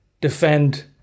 defend